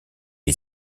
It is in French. est